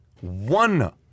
One